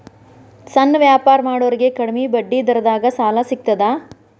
ಸಣ್ಣ ವ್ಯಾಪಾರ ಮಾಡೋರಿಗೆ ಕಡಿಮಿ ಬಡ್ಡಿ ದರದಾಗ್ ಸಾಲಾ ಸಿಗ್ತದಾ?